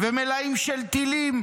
ומלאים של טילים,